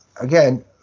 Again